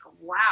wow